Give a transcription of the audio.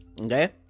okay